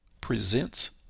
presents